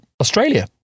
Australia